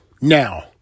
now